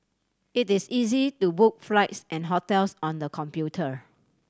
it is easy to book flights and hotels on the computer